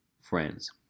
friends